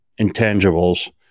intangibles